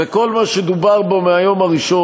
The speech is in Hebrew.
וכל מה שדובר בו מהיום הראשון,